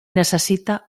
necessita